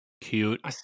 Cute